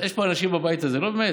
יש פה אנשים בבית הזה, לא, באמת,